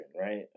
right